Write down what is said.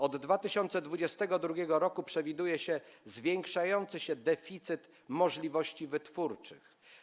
Od 2022 r. przewiduje się zwiększający się deficyt możliwości wytwórczych.